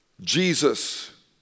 Jesus